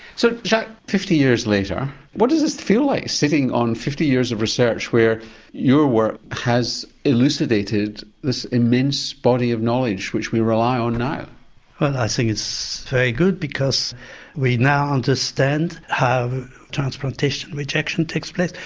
so jacques fifty years later what does this feel like sitting on fifty years of research where your work has elucidated this immense body of knowledge which we rely on now? well i think it's very good because we now understand how transplantation rejection takes place,